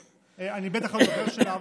ואני בטח לא דובר שלה.